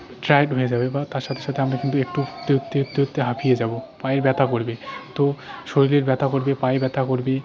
tired হয়ে যাবে বা তার সাথে সাথে আমরা কিন্তু একটু উঠতে উঠতে উঠতে উঠতে হাঁপিয়ে যাবো পায়ে ব্যথা করবে তো শরীরের ব্যথা করবে পায়ে ব্যথা করবে